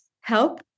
help